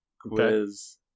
quiz